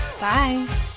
Bye